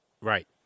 Right